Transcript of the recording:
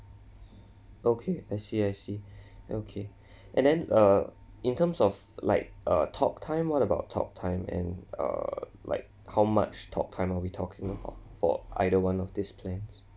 okay I see I see okay and then uh in terms of like uh talk time what about talk time and uh like how much talk time are we talking about for either one of these plans